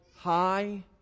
High